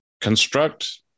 Construct